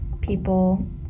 people